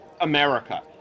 america